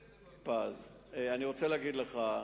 פינס-פז, אני רוצה להגיד לך: